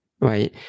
right